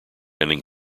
inning